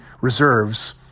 reserves